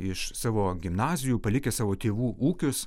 iš savo gimnazijų palikę savo tėvų ūkius